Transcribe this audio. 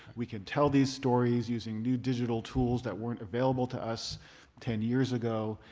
we can tell these stories using new digital tools that weren't available to us ten years ago.